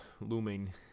looming